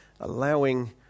allowing